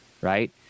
right